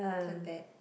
turn bad